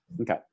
Okay